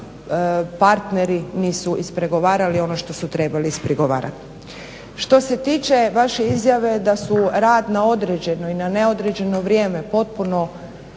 partneri nisu ispregovarali ono što su trebali ispregovarati. Što se tiče vaše izjave da su rad na određeno i na neodređeno vrijeme potpuno,